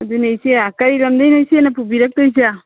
ꯑꯗꯨꯅꯦ ꯏꯆꯦ ꯀꯩ ꯂꯝꯗꯩꯅꯣ ꯏꯆꯦꯅ ꯄꯨꯕꯤꯔꯛꯇꯣꯏꯁꯦ